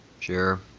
Sure